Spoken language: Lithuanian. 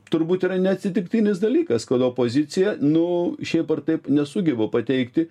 turbūt yra neatsitiktinis dalykas kad opozicija nu šiaip ar taip nesugeba pateikti